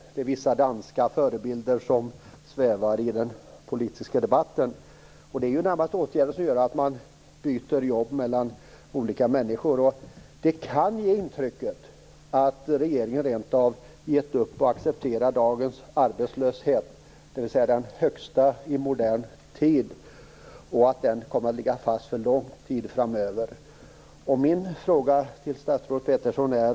Och vissa danska förebilder svävar i den politiska debatten. Det är närmast åtgärder som innebär att olika människor byter jobb. Detta kan ge intryck av att regeringen rent av har gett upp och accepterar dagens arbetslöshet, dvs. den högsta i modern tid, och att den kommer att ligga fast för en lång tid framöver. Jag har en fråga till statsrådet Peterson.